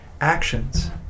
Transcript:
actions